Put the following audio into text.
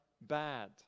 bad